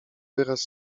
wyraz